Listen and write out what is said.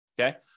okay